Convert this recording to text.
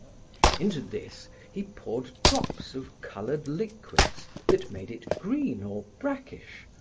into this, he poured drops of colored liquids that made it green or brackish,